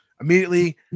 Immediately